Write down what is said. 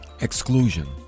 exclusion